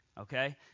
okay